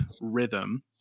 rhythm